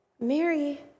mary